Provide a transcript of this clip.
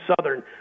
Southern